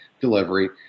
delivery